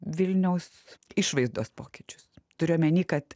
vilniaus išvaizdos pokyčius turiu omeny kad